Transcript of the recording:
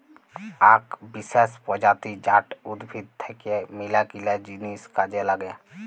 আক বিসেস প্রজাতি জাট উদ্ভিদ থাক্যে মেলাগিলা জিনিস কাজে লাগে